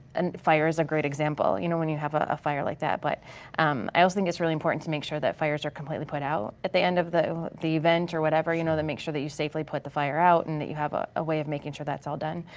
and fire's a great example, you know when you have a a fire like that, but um i think it's really important to make sure that fires are completely put out. at the end of the the event or whatever you know to make sure that you safely put the fire out and that you have a a way of making sure that's all done.